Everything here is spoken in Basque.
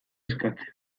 eskatzen